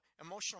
emotional